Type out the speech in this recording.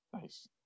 Nice